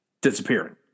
disappearing